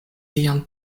liajn